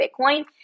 Bitcoin